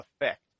effect